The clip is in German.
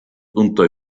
unter